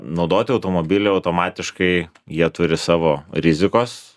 naudoti automobilai automatiškai jie turi savo rizikos